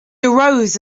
arose